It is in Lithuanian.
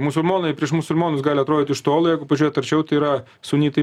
musulmonai prieš musulmonus gali atrodyti iš tolo pažiūrėt arčiau tai yra sunitai